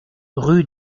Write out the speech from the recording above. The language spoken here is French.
rue